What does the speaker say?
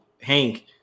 Hank